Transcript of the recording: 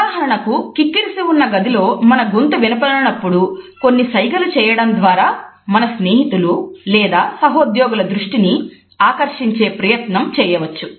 ఉదాహరణకు కిక్కిరిసి ఉన్న గదిలో మన గొంతు వినపడనప్పుడు కొన్ని సైగలు చేయడం ద్వారా మన స్నేహితులు లేదా సహోద్యోగుల దృష్టిని ఆకర్షించే ప్రయత్నం చేయవచ్చు